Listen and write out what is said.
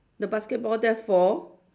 the basketball there four